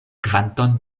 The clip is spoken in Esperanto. kvanton